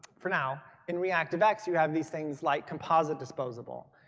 for now, in reactivex you have these things like compositedisposable.